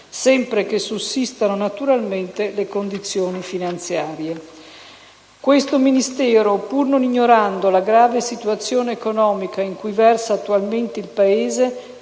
sempre che sussistano, naturalmente, le condizioni finanziarie. Questo Ministero, pur non ignorando la grave situazione economica in cui versa attualmente il Paese,